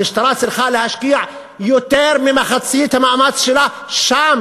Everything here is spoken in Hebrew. המשטרה צריכה להשקיע יותר ממחצית המאמץ שלה שם,